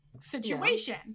situation